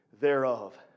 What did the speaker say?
thereof